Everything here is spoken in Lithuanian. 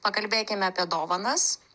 pakalbėkime apie dovanas